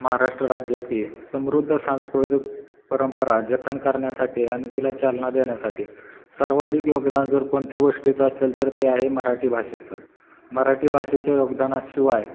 महाराष्ट्र राज्याची समृद्ध सांस्कृतिक परंपरा जतन करण्यासाठी आणि तिला चालना देण्यासाठी सर्वाधिक योगदान जर कोणत्या गोष्टीचं असेल तर ते आहे मराठी भाषेचं मराठी भाषेच्या योगदानाशिवाय